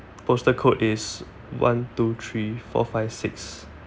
postal code is one two three four five six